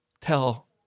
tell